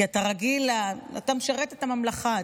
אתה משרת את הממלכה,